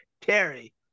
Terry